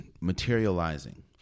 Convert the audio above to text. materializing